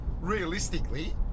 realistically